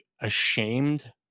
ashamed